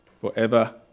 forever